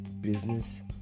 Business